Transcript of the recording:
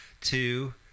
two